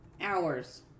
hours